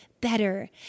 better